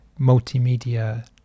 multimedia